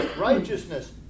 righteousness